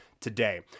today